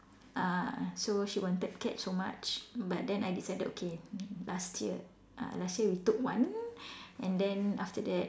ah so she wanted cat so much but then I decided okay last year uh last year we took one and then after that